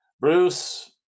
Bruce